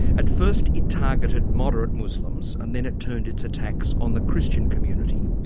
at first it targeted moderate muslims and then it turned its attacks on the christian community.